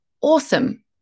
awesome